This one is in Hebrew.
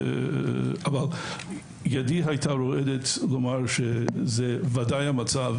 אבל ידי הייתה רועדת לומר שזה בוודאי המצב